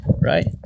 right